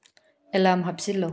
alarm ꯍꯥꯞꯆꯤꯜꯂꯨ